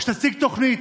שתציג תוכנית,